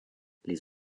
les